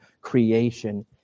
creation